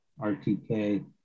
RTK